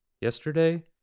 Yesterday